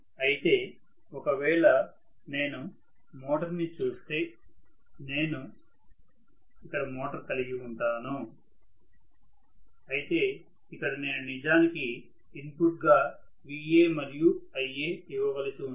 అయితే ఒకవేళ నేను మోటర్ చూస్తే నేను నేను ఇక్కడ మోటర్ కలిగి ఉంటాను అయితే ఇక్కడ నేను నిజానికి ఇన్పుట్ గా Va మరియు Ia ఇవ్వవలసి ఉంటుంది